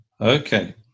Okay